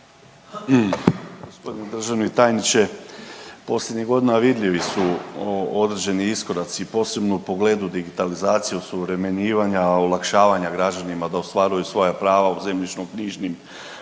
Gospodine državni tajniče, posljednjih godina vidljivi su određeni iskoraci posebno u pogledu digitalizacije osuvremenjivanja, olakšavanja građanima da ostvaruju svoja prava u zemljišno-knjižnim